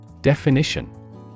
Definition